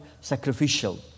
sacrificial